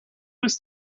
was